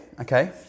okay